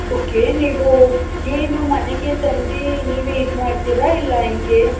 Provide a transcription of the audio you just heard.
okay ನೀವು ಏನು ಮನೆಗೆ ತಂದು ನೀವೇ ಇದು ಮಾಡ್ತೀರಾ ಇಲ್ಲ ಹೆಂಗೆ